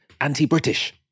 anti-British